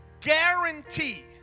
guarantee